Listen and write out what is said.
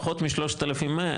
פחות מ-3,100,